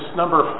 number